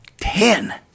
Ten